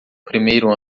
primeiro